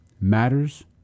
matters